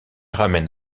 ramène